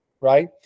right